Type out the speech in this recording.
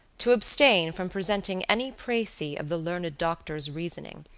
to abstain from presenting any precis of the learned doctor's reasoning,